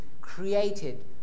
created